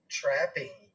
trapping